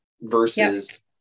versus